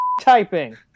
typing